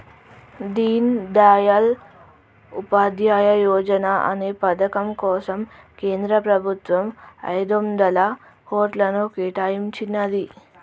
దీన్ దయాళ్ ఉపాధ్యాయ యోజనా అనే పథకం కోసం కేంద్ర ప్రభుత్వం ఐదొందల కోట్లను కేటాయించినాది